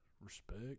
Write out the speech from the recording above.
respect